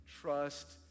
trust